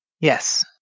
yes